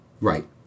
Right